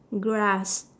grass